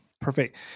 Perfect